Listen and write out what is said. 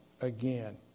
again